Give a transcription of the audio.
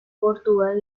portugal